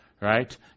right